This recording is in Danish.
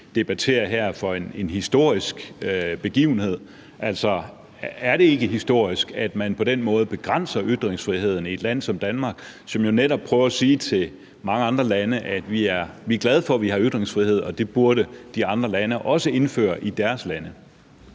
debatterer her, for at være en historisk begivenhed. Altså, er det ikke historisk, at man på den måde begrænser ytringsfriheden i et land som Danmark, som jo netop prøver at sige til mange andre lande, at vi er glade for, at vi har ytringsfrihed, og at det burde de andre lande også indføre? Kl.